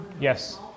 Yes